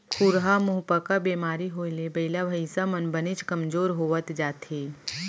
खुरहा मुहंपका बेमारी होए ले बइला भईंसा मन बनेच कमजोर होवत जाथें